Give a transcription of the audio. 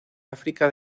áfrica